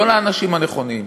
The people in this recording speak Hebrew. לא לאנשים הנכונים.